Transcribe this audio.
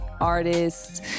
artists